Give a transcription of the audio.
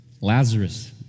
Lazarus